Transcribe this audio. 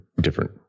different